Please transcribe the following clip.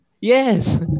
yes